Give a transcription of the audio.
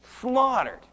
slaughtered